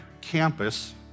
campus